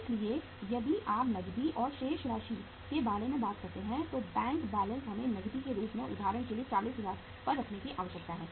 इसलिए यदि आप नकदी और शेष राशि के बारे में बात करते हैं तो बैंक बैलेंस हमें नकदी के रूप में उदाहरण के लिए 40000 पर रखने की आवश्यकता है